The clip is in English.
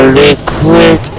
liquid